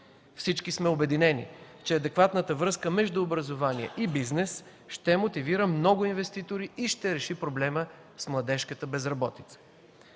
Всички сме обединени, че адекватната връзка между образование и бизнес ще мотивира много инвеститори и ще реши проблема с младежката безработица.